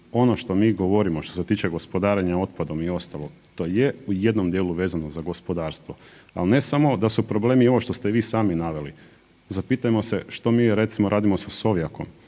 ono što mi govorimo što se tiče gospodarenja otpadom i ostalo i to je u jednom dijelom vezano uz gospodarstvo, al ne samo da su problemi i ovo što ste vi sami naveli, zapitajmo se što mi recimo radimo sa Sovjakom,